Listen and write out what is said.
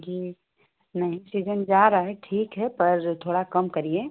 जी नहीं सीजन जा रहा है ठीक है पर थोड़ा कम करिए